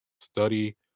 study